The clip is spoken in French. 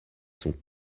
sont